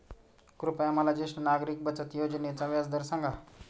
कृपया मला ज्येष्ठ नागरिक बचत योजनेचा व्याजदर सांगा